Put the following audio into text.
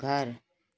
घर